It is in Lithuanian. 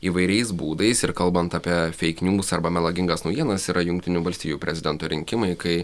įvairiais būdais ir kalbant apie feik niūs arba melagingas naujienas yra jungtinių valstijų prezidento rinkimai kai